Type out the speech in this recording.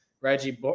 Reggie